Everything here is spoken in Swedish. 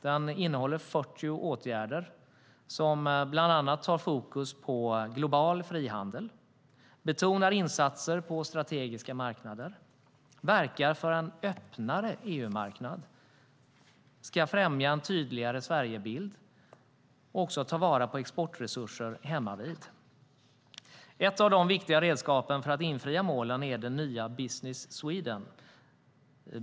Den innehåller 40 åtgärder som bland annat har fokus på global frihandel, betonar insatser på strategiska marknader, verkar för en öppnare EU-marknad, ska främja en tydligare Sverigebild och också ta vara på exportresurser hemmavid. Ett av de viktiga redskapen för att infria målen är det nya Business Sweden.